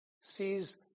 sees